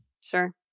Sure